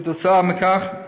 כתוצאה מכך,